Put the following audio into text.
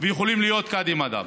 ויכולים להיות קאדי מד'הב.